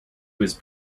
was